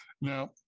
Now